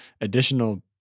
additional